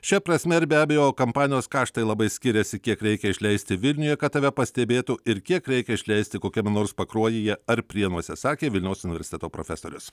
šia prasme ir be abejo kampanijos kaštai labai skiriasi kiek reikia išleisti vilniuje kad tave pastebėtų ir kiek reikia išleisti kokiame nors pakruojyje ar prienuose sakė vilniaus universiteto profesorius